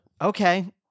Okay